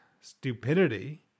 stupidity